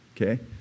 okay